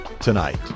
tonight